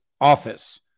office